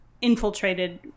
infiltrated